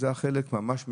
זה חלק ממש משני.